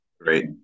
great